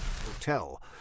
hotel